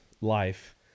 life